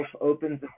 opens